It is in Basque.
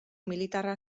militarra